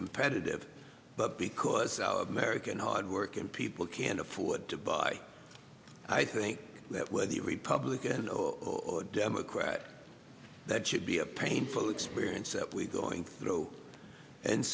competitive but because of american hardworking people can't afford to buy i think that would be a republican or democrat that should be a painful experience that we're going through and